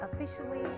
officially